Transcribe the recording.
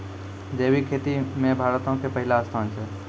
जैविक खेती मे भारतो के पहिला स्थान छै